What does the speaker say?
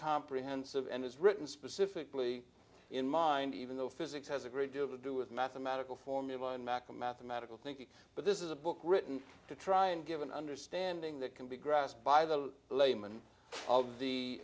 comprehensive and is written specifically in mind even though physics has a great deal to do with mathematical formula and macro mathematical thinking but this is a book written to try and give an understanding that can be grasped by the layman of the